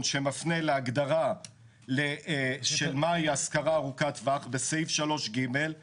שמפנה להגדרה של מה היא השכרה ארוכת טווח ואומר,